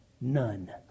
None